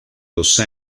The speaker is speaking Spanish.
los